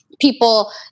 people